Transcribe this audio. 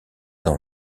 dans